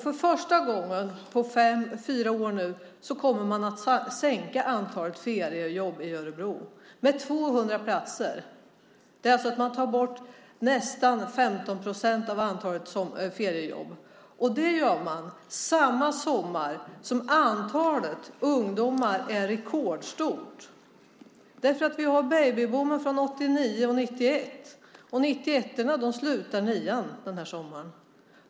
För första gången på fyra år kommer man nu att sänka antalet feriejobb i Örebro med 200 platser. Man tar alltså bort nästan 15 procent av antalet feriejobb. Det gör man samma sommar som antalet ungdomar är rekordstort eftersom vi har babyboomen från 1989 och 1991. 1991-orna slutar nian den här sommaren.